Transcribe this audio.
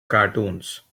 cartoons